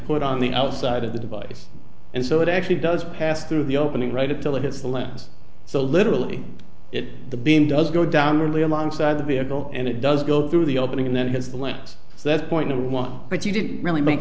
put on the outside of the device and so it actually does pass through the opening right up till it hits the lens so literally it the beam does go down really alongside the vehicle and it does go through the opening and then it has the lens that point to one but you didn't really make